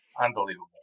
Unbelievable